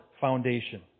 foundation